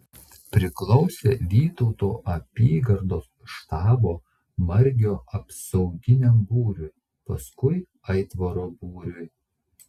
priklausė vytauto apygardos štabo margio apsauginiam būriui paskui aitvaro būriui